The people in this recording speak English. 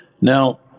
Now